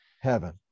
heaven